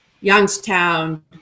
youngstown